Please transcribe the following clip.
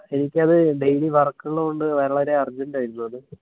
എനിക്കത് daily work ഉള്ളത് കൊണ്ട് വളരെ അർജെൻറ്റ് ആയിരുന്നു അത്